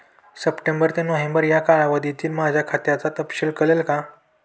September ते November या कालावधीतील माझ्या खात्याचा तपशील कळेल का?